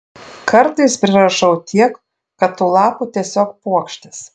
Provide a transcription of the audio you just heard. kartais prirašau tiek kad tų lapų tiesiog puokštės